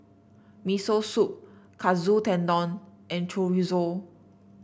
Miso Soup Katsu Tendon and Chorizo